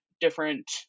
different